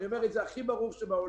אני אומר את זה הכי ברור בעולם,